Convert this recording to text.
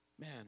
man